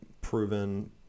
proven